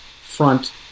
front